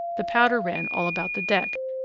the powder ran all about the deck,